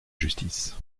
justice